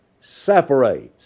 separates